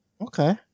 Okay